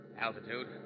Altitude